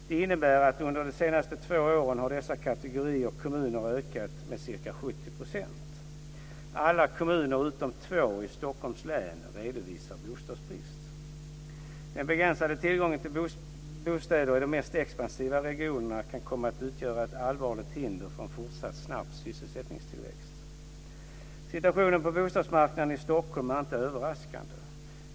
Detta innebär att under de senaste två åren har dessa kategorier kommuner ökat med ca 70 %. Alla kommuner utom två i Stockholms län redovisar bostadsbrist. Den begränsade tillgången till bostäder i de mest expansiva regionerna kan komma att utgöra ett allvarligt hinder för en fortsatt snabb sysselsättningstillväxt. Situationen på bostadsmarknaden i Stockholm är inte överraskande.